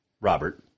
Robert